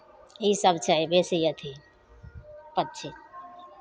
ईसभ छै बेसी अथि पक्षी